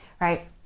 right